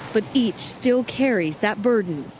but each still carries that burden.